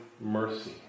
mercy